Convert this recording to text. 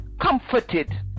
comforted